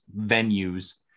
venues